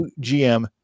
GM